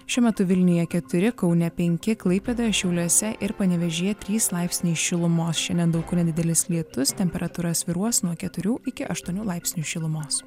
šiuo metu vilniuje keturi kaune penki klaipėdoje šiauliuose ir panevėžyje trys laipsniai šilumos šiandien daug kur nedidelis lietus temperatūra svyruos nuo keturių iki aštuonių laipsnių šilumos